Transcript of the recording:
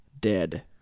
Dead